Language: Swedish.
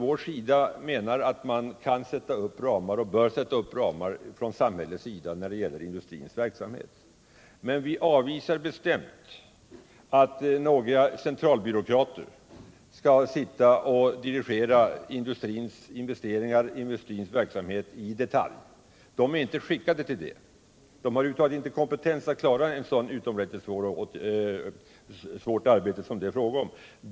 Vi menar att man kan och bör dra upp ramar från samhällets sida när det gäller industrins verksamhet, men vi avvisar bestämt kravet att några centralbyråkrater skall sitta och dirigera industrins investeringar och industrins verksamhet i detalj. De är inte skickade till det. De har över huvud taget inte kompetens att klara ett så utomordentligt svårt arbete som det är fråga om.